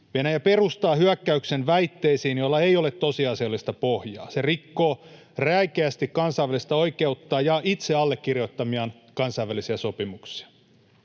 Venäjä perustaa hyökkäyksen väitteisiin, joilla ei ole tosiasiallista pohjaa. Se rikkoo räikeästi kansainvälistä oikeutta ja itse allekirjoittamiaan kansainvälisiä sopimuksia.